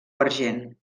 argent